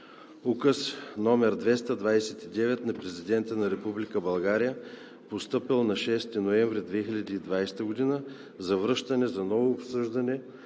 Указ № 229 на Президента на Република България, постъпил на 6 ноември 2020 г., за връщане за ново обсъждане